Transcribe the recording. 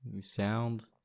sound